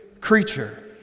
creature